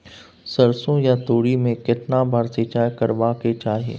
सरसो या तोरी में केतना बार सिंचाई करबा के चाही?